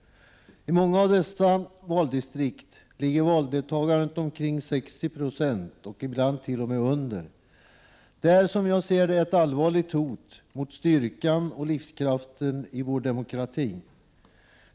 I många av dessa valdistrikt ligger valdeltagandet på omkring 60 96 och t.o.m. därunder. Detta är, som jag ser det, ett allvarligt hot mot styrkan och livskraften i vår demokrati.